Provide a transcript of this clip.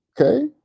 okay